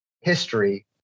history